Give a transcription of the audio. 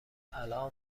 الان